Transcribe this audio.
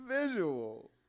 visual